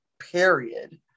period